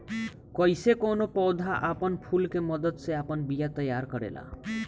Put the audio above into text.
कइसे कौनो पौधा आपन फूल के मदद से आपन बिया तैयार करेला